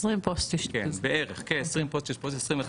בערך, כ-25%.